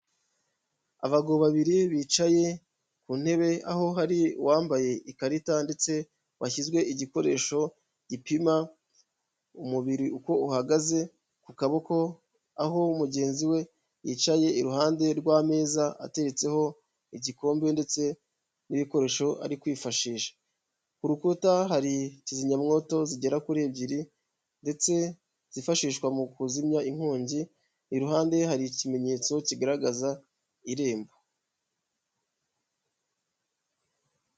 Abagabo babiri bicaye ku ntebe aho hari uwambaye ikarita ndetse washyizwe igikoresho gipima umubiri uko uhagaze ku kaboko. Aho mugenzi we yicaye iruhande rw'ameza ateretseho igikombe ndetse n'ibikoresho arikwifashisha. Ku rukuta hari kizimyamwoto zigera kuri ebyiri ndetse zifashishwa mu kuzimya inkongi. Iruhande hari ikimenyetso kigaragaza irembo.